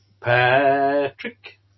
Patrick